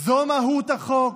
זו מהות החוק?